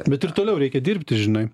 bet ir toliau reikia dirbti žinai